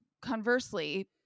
conversely